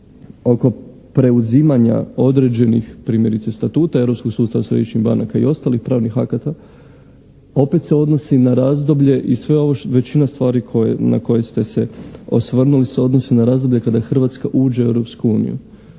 oko preuzimanja određenih, primjerice, statuta europskog sustava središnjih banaka i ostalih pravnih akata, opet se odnosi na razdoblje i sve ovo, većina stvari na koje ste se osvrnuli se odnosi na razdoblje kada Hrvatska uđe u Europsku uniju.